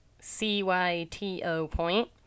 C-Y-T-O-Point